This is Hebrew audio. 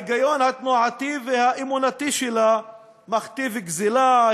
ההיגיון התנועתי והאמונתי שלה מכתיב גזלה,